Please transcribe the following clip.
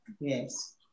Yes